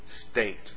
state